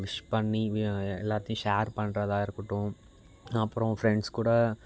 wish பண்ணி வி எல்லாத்தையும் ஷேர் பண்ணுறதா இருக்கட்டும் அப்புறம் ஃப்ரெண்ட்ஸ் கூட